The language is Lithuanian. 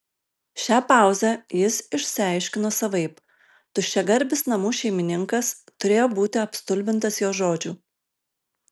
šią pauzę jis išsiaiškino savaip tuščiagarbis namų šeimininkas turėjo būti apstulbintas jo žodžių